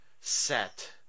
set